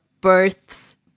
births